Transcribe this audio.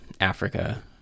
Africa